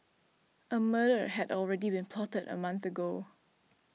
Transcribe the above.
a murder had already been plotted a month ago